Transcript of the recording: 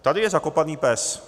Tady je zakopaný pes.